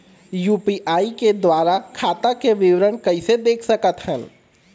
UPI के द्वारा खाता के विवरण कैसे देख सकत हन?